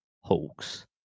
Hawks